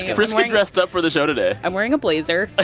priska dressed up for the show today i'm wearing a blazer. ah